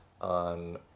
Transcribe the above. on